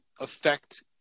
affect